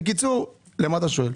בקיצור, למה אתה שואל?